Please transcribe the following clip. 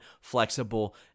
flexible